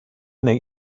neu